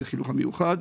בחינוך המיוחד.